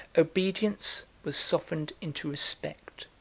obedience was softened into respect,